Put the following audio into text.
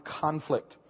conflict